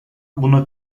buna